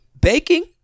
baking